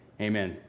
Amen